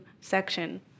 section